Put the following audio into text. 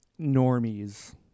normies